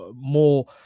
more